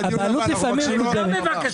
המוצרים שלהן הכי הרבה.